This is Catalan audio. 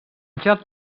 joc